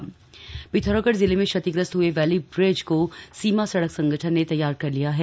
valley bridge Pithoragarh जिले में क्षतिग्रस्त हुए वैली ब्रिज को सीमा सड़क संगठन ने तैयार कर लिया है